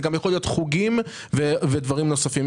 זה גם יכול להיות חוגים ודברים נוספים.